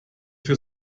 für